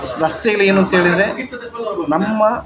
ರಸ್ತೆಗಳು ಏನು ಅಂತ ಹೇಳಿದ್ರೆ ನಮ್ಮ